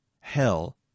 hell